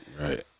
Right